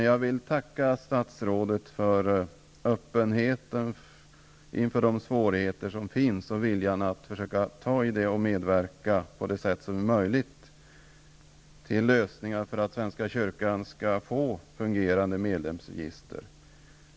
Jag vill tacka statsrådet för öppenheten inför de svårigheter som finns och viljan att ta itu med dem och medverka på det sätt som är möjligt för att se till att svenska kyrkan får fungerande medlemsregister.